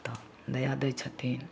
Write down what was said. तऽ दया दै छथिन